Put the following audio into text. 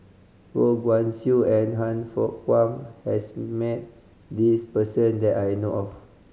Goh Guan Siew and Han Fook Kwang has met this person that I know of